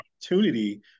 opportunity